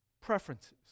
Preferences